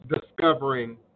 discovering